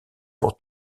pour